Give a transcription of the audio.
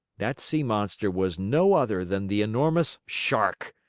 that sea monster was no other than the enormous shark,